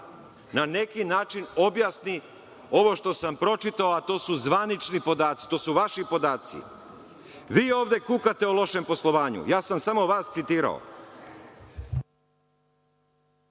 na neki način objasni ovo što sam pročitao, a to su zvanični podaci, to su vaši podaci. Vi ovde kukate o lošem poslovanju. Ja sam samo vas citirao.